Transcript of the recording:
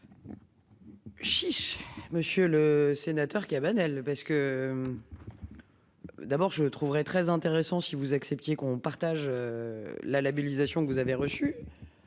Chiche, Monsieur le Sénateur Cabanel parce que. D'abord je trouverais très intéressant si vous acceptiez qu'on partage. La labélisation que vous avez reçu.